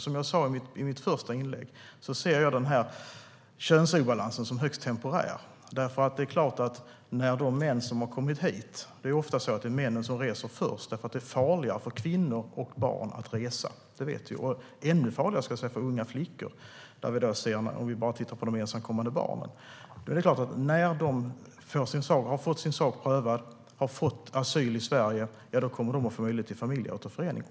Som jag sa i mitt första inlägg ser jag könsobalansen som högst temporär. Det är ofta männen som reser först eftersom det är farligare för kvinnor och barn att resa. Det vet vi. När det gäller de ensamkommande barnen är det ännu farligare för unga flickor. När männen har fått sin sak prövad och när de har fått asyl i Sverige är det klart att de kommer att få möjlighet till familjeåterförening.